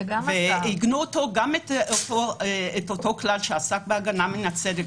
עיגנו את אותו כלל שעסק בהגנה מן הצדק,